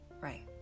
right